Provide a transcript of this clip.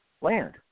land